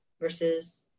versus